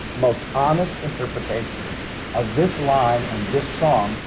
most honest interpretation of this line and this song,